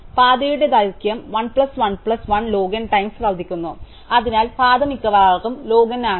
പാതയുടെ ദൈർഘ്യം 1 plus 1 plus 1 log n times വർദ്ധിക്കുന്നു അതിനാൽ പാത മിക്കവാറും ലോഗ് n ആണ്